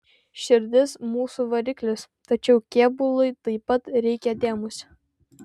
širdis mūsų variklis tačiau kėbului taip pat reikia dėmesio